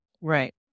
Right